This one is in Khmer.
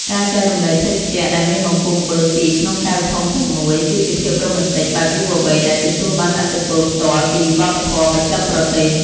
ការចែករំលែកភេសជ្ជៈដែលមានបំពង់បឺតពីរក្នុងកែវធំតែមួយ គឺជាភាពរ៉ូមែនទិកបែបយុវវ័យដែលទទួលបានឥទ្ធិពលផ្ទាល់ពីវប្បធម៌បស្ចិមប្រទេស។